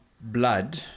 blood